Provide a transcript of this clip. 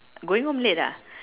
going home late ah